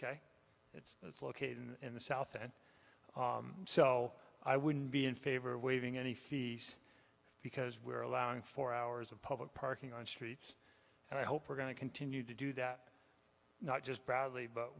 ok it's it's located in the south and so i wouldn't be in favor of waiving any fees because we're allowing four hours of public parking on streets and i hope we're going to continue to do that not just badly but